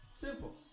Simple